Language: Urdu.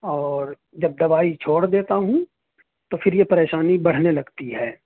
اور جب دوائی چھوڑ دیتا ہوں تو پھر یہ پریشانی بڑھنے لگتی ہے